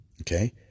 Okay